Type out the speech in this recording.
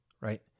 right